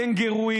קנגורו.